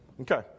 Okay